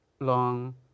long